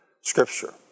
Scripture